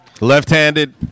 left-handed